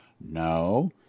No